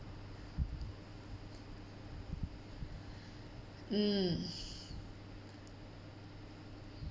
mm